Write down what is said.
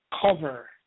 cover